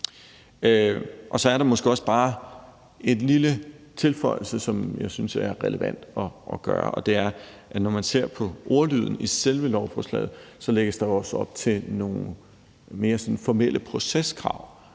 Så er der måske også bare en lille tilføjelse, som jeg synes er relevant, og det er, at når man ser på ordlyden i selve lovforslaget, betyder det, at der jo også lægges op til nogle mere sådan formelle proceskrav,